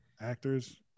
actors